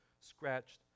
scratched